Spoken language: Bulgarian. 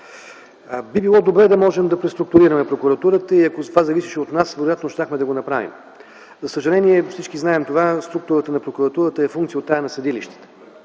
Би било добре да можем да преструктурираме прокуратурата и ако това зависеше от нас, вероятно щяхме да го направим. За съжаление, всички знаем това, структурата на прокуратурата е функция от тази на съдилищата.